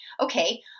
Okay